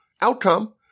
outcome